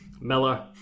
Miller